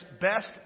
best